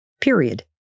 period